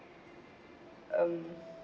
um